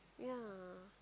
yeah